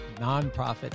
nonprofit